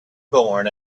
born